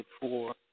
four